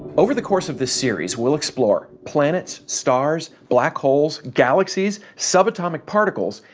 over the course of this series we'll explore planets, stars, black holes, galaxies, subatomic particles,